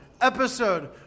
episode